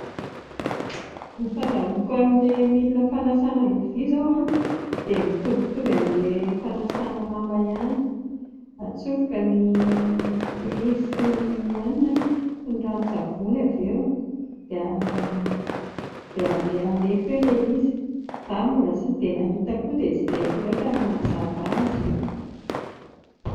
Ny fahazahoako an'ilay milina fanasana lovia izao a dia mitovitovy amin'ilay fanasana lamba ihany, atsofoka ny prise sy ny an a, sy ny ranon-tsavony avy eo, dia dia ilay alefa eo ilay izy. Izaho mbola tsy dia nahita koa dia tsy dia haiko loatra ny manazava azy